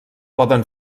poden